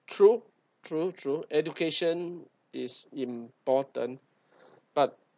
true true true education is important but